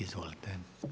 Izvolite.